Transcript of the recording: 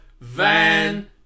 Van